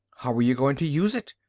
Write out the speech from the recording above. how are you going to use it?